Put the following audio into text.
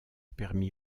permit